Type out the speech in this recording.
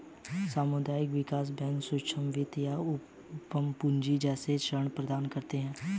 सामुदायिक विकास बैंक सूक्ष्म वित्त या उद्धम पूँजी जैसे ऋण प्रदान करते है